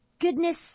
goodness